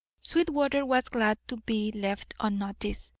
sweetwater was glad to be left unnoticed,